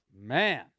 Man